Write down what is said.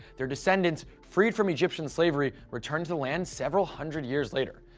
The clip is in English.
their descendants, freed from egyptian slavery, returned to the land several hundred years later.